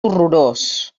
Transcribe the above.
horrorós